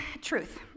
truth